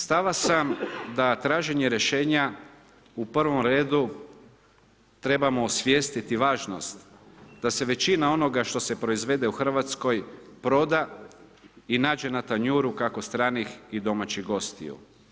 Stava sam da traženje rješenja u prvom redu trebamo osvijestiti važnost da se većina onoga što se proizvede u Hrvatskoj proda i nađe na tanjuru kako stranih i domaćih gostiju.